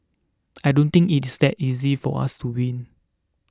I don't think it's that easy for us to win